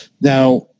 Now